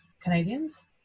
Canadians